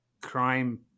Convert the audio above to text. crime